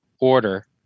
order